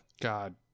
God